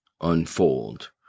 unfold